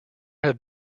have